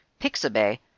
Pixabay